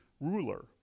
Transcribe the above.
ruler